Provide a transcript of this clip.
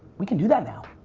we can do that now.